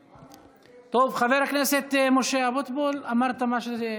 טוב, חבר הכנסת משה אבוטבול, אמרת מה שהתכוונת.